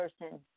person